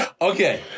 Okay